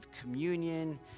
communion